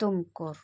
Tumakuru